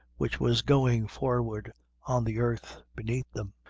which was going forward on the earth beneath them.